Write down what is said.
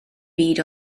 byd